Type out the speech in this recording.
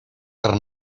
per